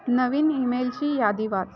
नवीन ईमेलची यादी वाच